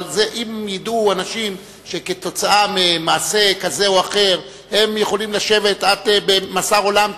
אבל אם ידעו אנשים שכתוצאה ממעשה כזה או אחר הם יכולים לשבת במאסר עולם,